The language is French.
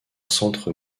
centre